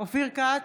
אופיר כץ,